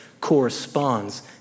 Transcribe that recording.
corresponds